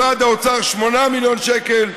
משרד האוצר, 8 מיליון שקל,